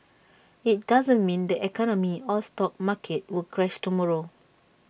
IT doesn't mean the economy or stock market will crash tomorrow